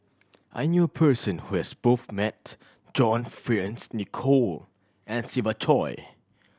I knew person who has both met John Fearns Nicoll and Siva Choy